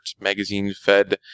magazine-fed